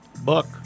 Book